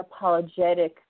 unapologetic